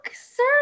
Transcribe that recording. sir